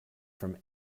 from